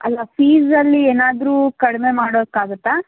ಅಲ್ಲ ಫೀಸಲ್ಲಿ ಏನಾದರೂ ಕಡಿಮೆ ಮಾಡೋಕ್ಕಾಗುತ್ತಾ